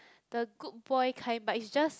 the good boy kind but it's just